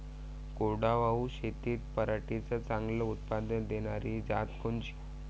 कोरडवाहू शेतीत पराटीचं चांगलं उत्पादन देनारी जात कोनची?